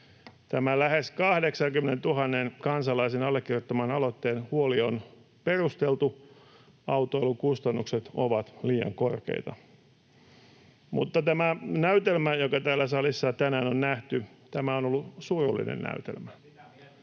tämän lähes 80 000 kansalaisen allekirjoittaman aloitteen, huoli on perusteltu. Autoilun kustannukset ovat liian korkeita. Mutta tämä näytelmä, joka täällä salissa tänään on nähty, on ollut surullinen näytelmä.